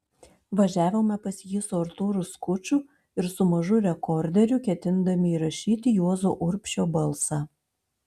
važiavome pas jį su artūru skuču ir su mažu rekorderiu ketindami įrašyti juozo urbšio balsą